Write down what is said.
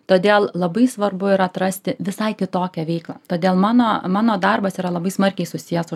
todėl labai svarbu yra atrasti visai kitokią veiklą todėl mano mano darbas yra labai smarkiai susijęs su